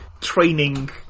training